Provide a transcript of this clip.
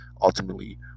ultimately